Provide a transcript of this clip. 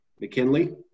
McKinley